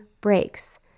breaks